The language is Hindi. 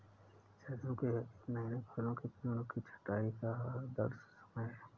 सर्दियों के आखिरी महीने फलों के पेड़ों की छंटाई का आदर्श समय है